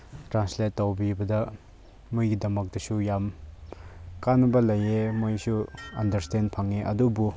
translate ꯇꯧꯕꯤꯕꯗ ꯃꯣꯏꯒꯤꯗꯃꯛꯇꯁꯨ ꯌꯥꯝ ꯀꯥꯟꯅꯕ ꯂꯩꯌꯦ ꯃꯣꯏꯁꯨ ꯑꯟꯗ꯭ꯔꯁꯇꯦꯟ ꯐꯪꯉꯦ ꯑꯗꯨꯕꯨ